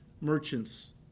merchants